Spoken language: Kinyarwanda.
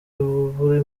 buri